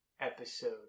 episode